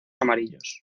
amarillos